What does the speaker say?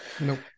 Nope